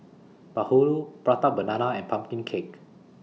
Bahulu Prata Banana and Pumpkin Cake